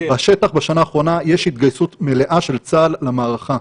בשטח בשנה האחרונה יש התגייסות מלאה של צה"ל למערכה,